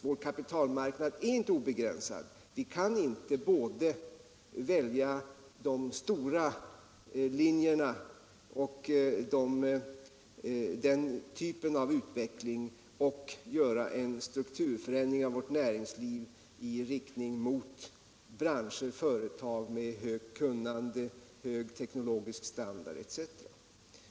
Vår kapitalmarknad är inte obegränsad, och vi kan inte både välja en utveckling efter de stora linjerna och göra en strukturförändring i vårt näringsliv i riktning mot branscher och företag med högt kunnande, hög teknologisk standard osv.